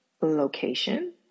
location